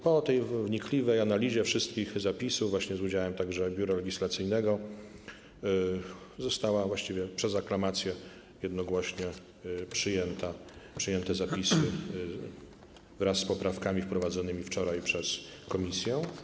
Po tej wnikliwej analizie wszystkich zapisów z udziałem także Biura Legislacyjnego zostały właściwie przez aklamację, jednogłośnie przyjęte zapisy wraz z poprawkami wprowadzonymi wczoraj przez komisję.